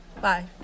Bye